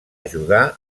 ajudar